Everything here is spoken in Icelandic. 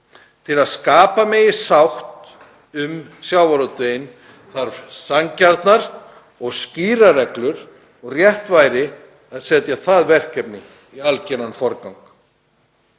Til að skapa megi sátt um sjávarútveginn þarf sanngjarnar og skýrar reglur og rétt væri að setja það verkefni í algeran forgang.